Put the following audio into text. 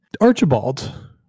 Archibald